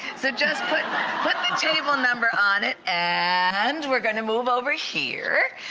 so just put put the table number on it, and we're gonna move over here,